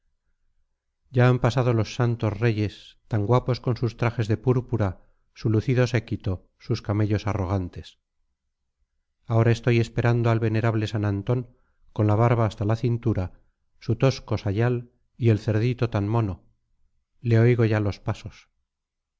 ya han pasado los santos reyes tan guapos con sus trajes de púrpura su lucido séquito sus camellos arroganes ahora estoy esperando al venerable san antón con la barba hasta la cintura su tosco sayal y el cerdito tan mono le oigo ya los pasos